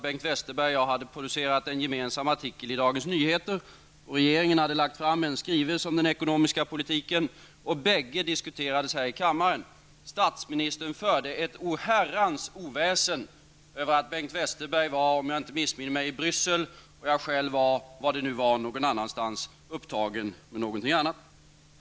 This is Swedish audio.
Bengt Westerberg och jag hade producerat en gemensam artikel i Dagens Nyheter. Regeringen hade lagt fram en skrivelse om den ekonomiska politiken. Bägge dessa diskuterades i kammaren. Statsministern förde ett oherrans oväsen över att Bengt Westerberg var i Bryssel och att jag var någon annanstans upptagen med något annat.